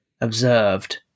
observed